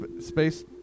space